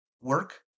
work